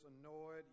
annoyed